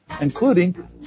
including